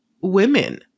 women